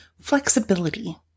flexibility